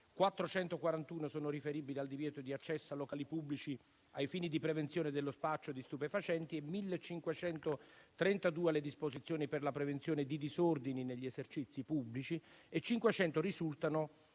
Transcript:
441 sono riferibili al divieto di accesso a locali pubblici ai fini di prevenzione dello spaccio di stupefacenti, 1.532 alle disposizioni per la prevenzione di disordini negli esercizi pubblici e 500 risultano